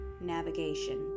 navigation